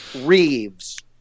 Reeves